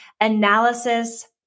analysis